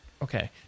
Okay